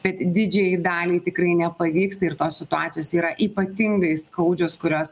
bet didžiajai daliai tikrai nepavyksta ir tos situacijos yra ypatingai skaudžios kurios